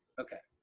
okay.